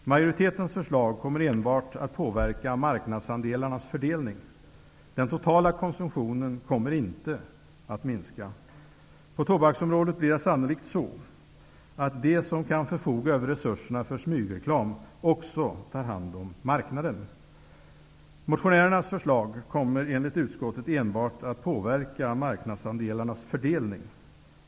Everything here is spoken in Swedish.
Motionärernas förslag kommer enligt reservanterna enbart att påverka marknadsandelarnas fördelning. Den totala konsumtionen kommer inte att minska. På tobaksområdet blir det sannolikt så att de som kan förfoga över resurserna för smygreklam, också tar hand om marknaden. Motionärernas förslag kommer enligt utskottet enbart att påverka marknadsandelarnas fördelning.